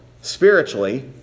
spiritually